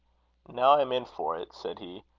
now i am in for it, said he,